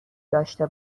داشته